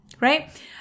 right